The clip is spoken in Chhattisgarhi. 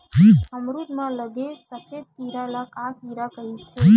अमरूद म लगे सफेद कीरा ल का कीरा कइथे?